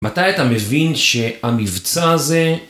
מתי אתה מבין שהמבצע הזה...